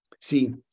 See